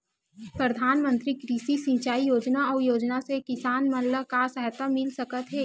प्रधान मंतरी कृषि सिंचाई योजना अउ योजना से किसान मन ला का सहायता मिलत हे?